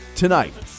tonight